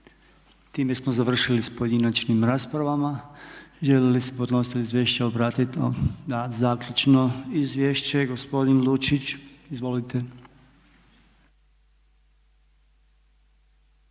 Time smo završili s pojedinačnim raspravama. Želi li se podnositelj izvješća obratiti? Da. Zaključno izvješće gospodin Lučić. Izvolite.